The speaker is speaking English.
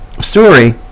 story